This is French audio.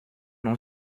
nom